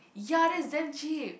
ya that's damn cheap